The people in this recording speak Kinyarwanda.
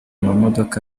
amamodoka